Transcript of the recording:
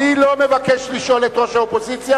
אני לא מבקש לשאול את ראש האופוזיציה.